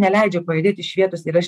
neleidžia pajudėt iš vietos ir aš